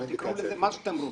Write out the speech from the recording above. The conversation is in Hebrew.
תקראו לזה מה שאתם רוצים.